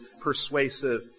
persuasive